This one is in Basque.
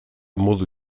modu